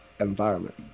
environment